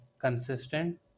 consistent